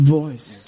voice